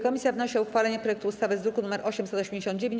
Komisja wnosi o uchwalenie projektu ustawy z druku nr 889.